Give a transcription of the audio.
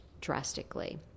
drastically